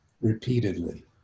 repeatedly